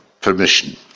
permission